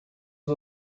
you